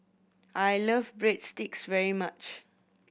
I like Breadsticks very much